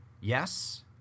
Yes